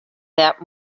that